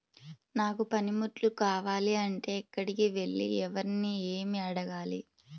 నాకు పనిముట్లు కావాలి అంటే ఎక్కడికి వెళ్లి ఎవరిని ఏమి అడగాలి?